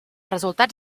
resultats